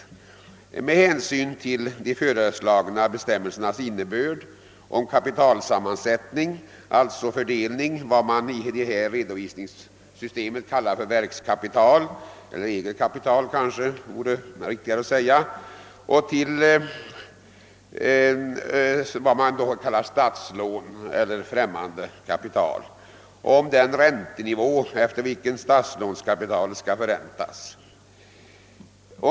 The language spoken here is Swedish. Denna slutsats har vi kommit fram till sedan vi studerat de föreslagna bestämmelserna rörande <kapitalsammansättning, «alltså fördelningen mellan vad man i redovisningssystemet kallar verkskapital — det kanske vore riktigare att kalla det eget kapital — och statslån eller främmande kapital och den räntenivå efter vilken statslånet skall förräntas.